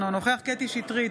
אינו נוכח קטי קטרין שטרית,